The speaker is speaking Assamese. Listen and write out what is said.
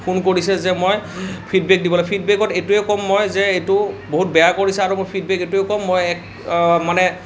ফোন কৰিছে যে মই ফীডবেক দিব লাগে ফীডবেকত এইটোৱেই ক'ম মই যে এইটো বহুত বেয়া কৰিছে আৰু মই ফীডবেক এইটোৱে ক'ম মই এক মানে